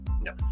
No